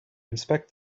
inspect